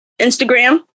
Instagram